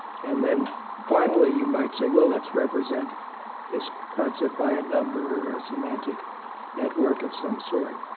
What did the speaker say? and then finally, you might say, well, let's represent this concept by a number or a semantic network of some sort.